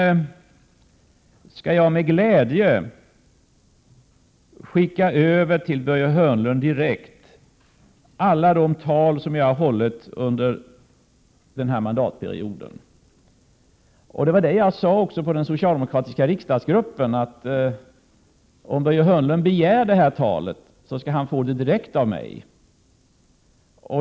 Sedan skall jag med glädje direkt skicka över till Börje Hörnlund alla de tal som jag har hållit under den här mandatperioden. Det var också vad jag sade inför den socialdemokratiska riksdagsgruppen: Om Börje Hörnlund begär det här talet, så skall han få det direkt av mig.